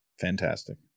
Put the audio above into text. Fantastic